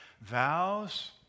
vows